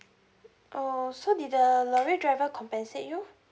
oh so did the lorry driver compensate you